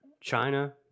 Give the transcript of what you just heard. China